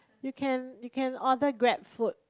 you can you can order grab food